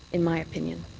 in my opinion.